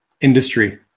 industry